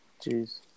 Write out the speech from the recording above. Jeez